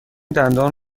دندان